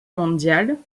mondiale